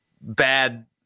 bad